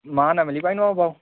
मां न मिली पाईंदमांव भाउ